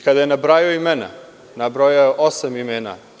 Kada je nabrajao imena, nabrojao je osam imena.